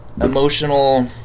emotional